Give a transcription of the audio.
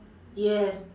yes